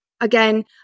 Again